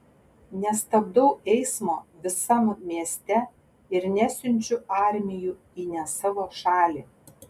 nestabdau eismo visam mieste ir nesiunčiu armijų į ne savo šalį